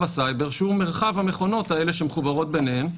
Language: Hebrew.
הסייבר שהוא מרחב המכונות האלה שמחוברות ביניהן,